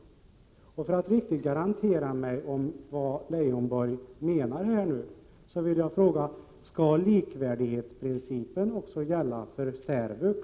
För att verkligen förvissa mig om att på ett riktigt sätt ha uppfattat vad Leijonborg här menar, vill jag ställa följande fråga: Skall principen om likvärdighet också gälla för särvux?